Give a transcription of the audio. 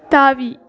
தாவி